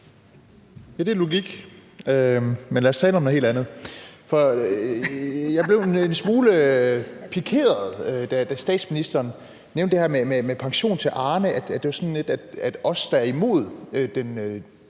det er logik. Men lad os tale om noget helt andet. For jeg blev en smule pikeret, da statsministeren nævnte det her med pension til Arne. Det var sådan